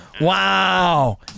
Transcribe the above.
Wow